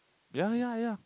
ya ya ya